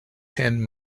ten